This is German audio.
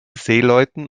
seeleuten